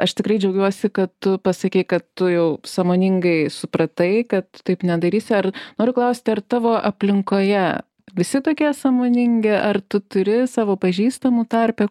aš tikrai džiaugiuosi kad tu pasakei kad tu jau sąmoningai supratai kad taip nedarysi ar noriu klausti ar tavo aplinkoje visi tokie sąmoningi ar tu turi savo pažįstamų tarpe